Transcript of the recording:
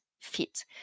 fit